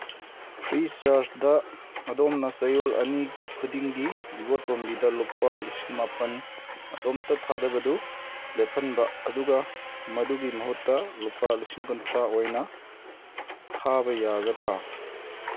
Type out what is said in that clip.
free ꯆꯥꯔꯖꯇ ꯑꯗꯣꯝꯅ ꯆꯍꯤ ꯑꯅꯤ ꯈꯨꯗꯤꯡꯒꯤ ꯏꯕꯣꯇꯣꯝꯕꯤꯗ ꯂꯨꯄꯥ ꯂꯤꯁꯤꯡ ꯃꯥꯄꯟ ꯃꯇꯣꯝꯇ ꯊꯥꯗꯕꯗꯨ ꯂꯦꯞꯍꯟꯕ ꯑꯗꯨꯒ ꯃꯗꯨꯒꯤ ꯃꯍꯨꯠꯇ ꯂꯨꯄꯥ ꯂꯤꯁꯤꯡ ꯀꯨꯟꯊ꯭ꯔꯥ ꯑꯣꯏꯅ ꯊꯥꯕ ꯌꯥꯒꯗ꯭ꯔꯥ